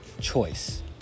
Choice